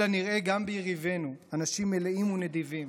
אלא נראה גם ביריבינו אנשים מלאים ונדיבים,